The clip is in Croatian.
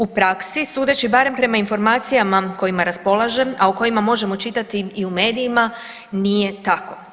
U praksi, sudeći barem prema informacijama kojima raspolažem, a o kojima možemo čitati i u medijima nije tako.